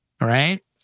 right